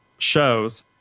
Shows